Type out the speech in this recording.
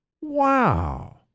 Wow